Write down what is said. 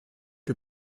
que